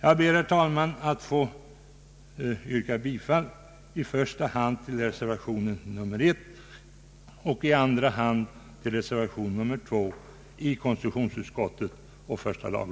Jag ber, herr talman, att få yrka bifall i första hand till reservationen 1 och i andra hand till reservationen 2.